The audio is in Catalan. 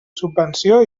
subvenció